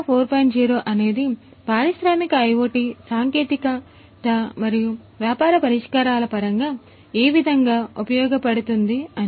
0 అనేది పారిశ్రామిక IOT సాంకేతిక మరియు వ్యాపార పరిష్కారాల పరంగా ఏ విధంగా ఉపయోగపడుతుంది అని